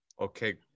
okay